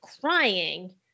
crying